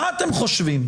מה אתם חושבים?